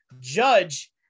Judge